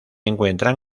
encuentran